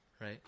right